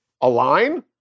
align